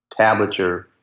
tablature